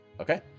Okay